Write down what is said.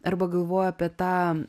arba galvoju apie tą